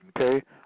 Okay